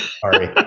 Sorry